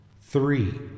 Three